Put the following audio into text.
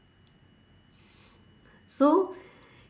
so